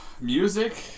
music